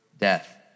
death